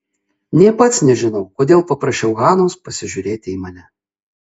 nė pats nežinau kodėl paprašiau hanos pasižiūrėti į mane